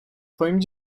twoim